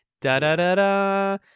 Da-da-da-da